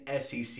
SEC